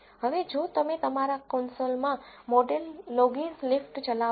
હવે જો તમે તમારા કન્સોલમાં મોડેલ લોગીસફિટ ચલાવો